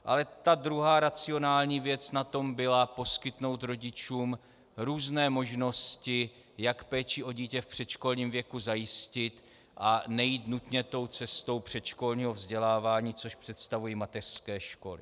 Ale ta druhá racionální věc na tom byla poskytnout rodičům různé možnosti, jak péči o dítě v předškolním věku zajistit a nejít nutně tou cestou předškolního vzdělávání, což představují mateřské školy.